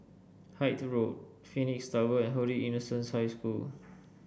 Hythe Road Phoenix Tower and Holy Innocents' High School